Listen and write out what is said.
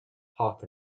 half